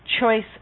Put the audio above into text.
choice